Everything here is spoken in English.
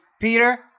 Peter